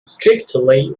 strictly